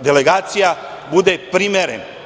delegacija bude primeren,